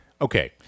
okay